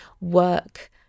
work